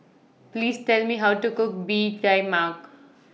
Please Tell Me How to Cook Bee Tai Mak